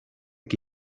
que